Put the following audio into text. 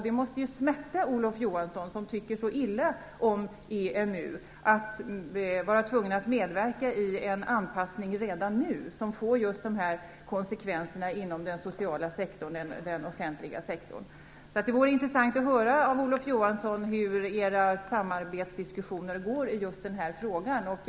Det måste smärta Olof Johansson, som tycker så illa om EMU, att vara tvungen att medverka i en anpassning som redan nu får konsekvenser inom den offentliga sektorn. Det vore intressant att höra hur era samarbetsdiskussioner går i den här frågan, Olof Johansson.